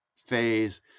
phase